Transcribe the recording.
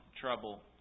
trouble